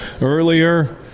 earlier